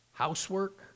Housework